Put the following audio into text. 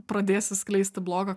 pradėsi skleisti blogą